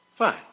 Fine